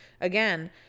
Again